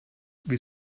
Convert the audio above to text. wie